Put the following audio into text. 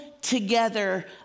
together